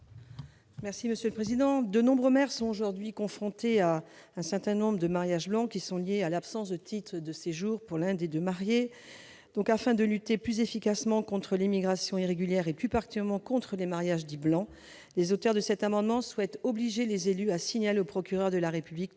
en particulier en Île-de-France, sont aujourd'hui confrontés à des mariages dits « blancs », liés à l'absence de titre de séjour pour l'un des deux mariés. Afin de lutter plus efficacement contre l'immigration irrégulière et, plus particulièrement, contre les mariages blancs, les auteurs de cet amendement souhaitent obliger les élus à signaler au procureur de la République